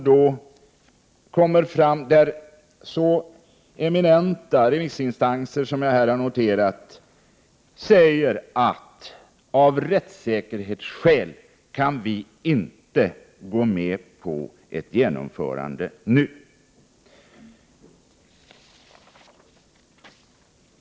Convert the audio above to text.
De eminenta remissinstanser som jag här har åberopat framhåller att de av rättssäkerhetsskäl inte kan gå med på ett genomförande nu.